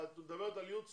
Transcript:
את מדברת על ייעוד סוציאלי.